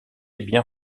bien